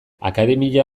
akademia